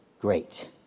great